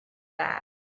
that